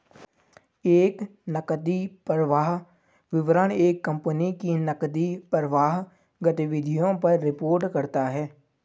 एक नकदी प्रवाह विवरण एक कंपनी की नकदी प्रवाह गतिविधियों पर रिपोर्ट करता हैं